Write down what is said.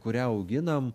kurią auginam